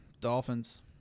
Dolphins